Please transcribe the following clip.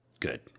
Good